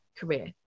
career